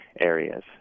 Areas